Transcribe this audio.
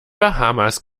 bahamas